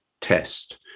test